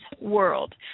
world